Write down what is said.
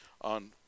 on